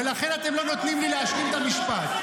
ולכן אתם לא נותנים לי להשלים את המשפט.